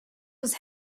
was